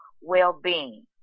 well-being